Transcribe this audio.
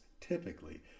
typically